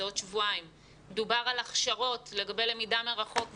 דובר על הכשרות לגבי למידה מרחוק וכולי,